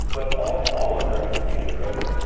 but all in all, americans, we need to address it.